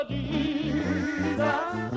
Jesus